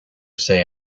say